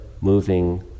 moving